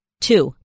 Two